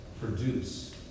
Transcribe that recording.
produce